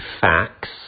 facts